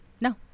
No